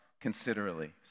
considerably